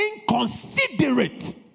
inconsiderate